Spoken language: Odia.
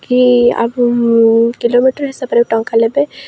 କି କିଲୋମିଟର୍ ହିସାବରେ ଟଙ୍କା ନେବେ